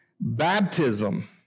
Baptism